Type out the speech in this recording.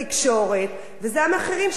וזה המחיר שכולנו משלמים.